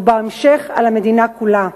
ובהמשך על המדינה כולה.